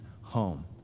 home